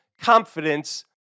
confidence